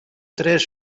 tres